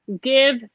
give